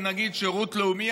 ונגיד שירות לאומי,